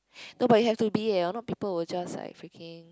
no but you have to be eh or not people will just like freaking